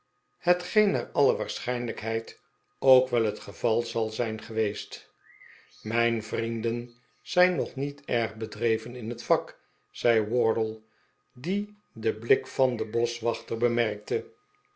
hetgeen naar alle waarschijnlijkheid ook wel het geval zal zijn geweest mijri vrienden zijn nog niet erg bedreven in het vak zei wardle die den blik van den boschwachter bemerkte